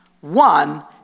One